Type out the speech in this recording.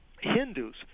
Hindus